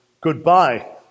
goodbye